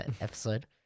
episode